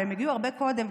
אבל הם הגיעו הרבה קודם,